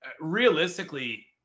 realistically